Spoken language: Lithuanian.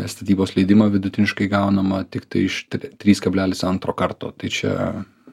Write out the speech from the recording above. statybos leidimą vidutiniškai gaunama tiktai iš tre trys kablelis antro karto tai čia